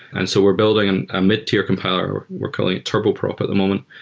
and so we're building and a mid-tier compiler. we're calling it turboprop at the moment,